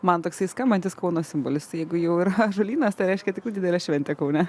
man toksai skambantis kauno simbolis tai jeigu jau yra ąžuolynas tai reiškia tikrai didelė šventė kaune